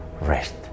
rest